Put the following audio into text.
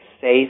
safe